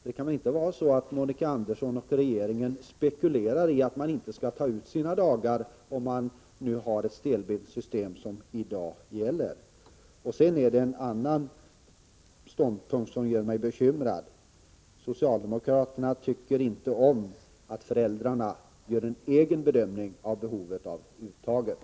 Det kan väl inte vara så att Monica Andersson och regeringen spekulerar i att föräldrarna med det system som nu gäller inte skall ta ut sina dagar? I det sammanhanget är det också en annan socialdemokratisk ståndpunkt som gör mig bekymrad: Socialdemokraterna tycker inte om att föräldrarna gör en egen bedömning av behovet av detta uttag.